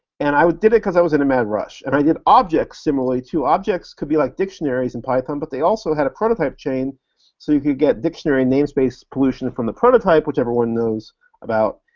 and i did it because i was in a mad rush, and i did objects similarly, too. objects could be like dictionaries in python, but they also had a prototype chain so you could get dictionary namespace pollution from the prototype, which everyone knows about,